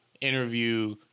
interview